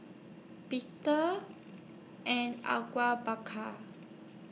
Peter and Bakar